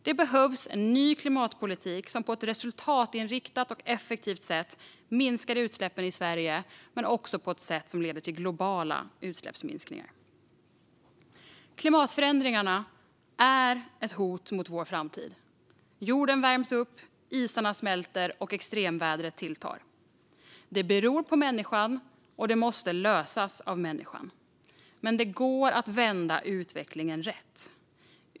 Det behövs en ny klimatpolitik som på ett resultatinriktat och effektivt sätt minskar utsläppen i Sverige och som också leder till globala utsläppsminskningar. Klimatförändringarna är ett hot mot vår framtid. Jorden värms upp, isarna smälter, och extremvädret tilltar. Det beror på människan, och det måste lösas av människan. Men det går att vända utvecklingen rätt.